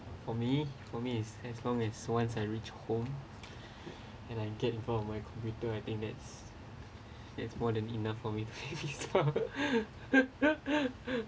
for me for me is as long as once I reach home and I get from my computer I think that's that's more than enough for me